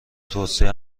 توصیه